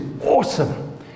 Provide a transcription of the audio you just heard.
awesome